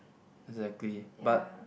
exactly but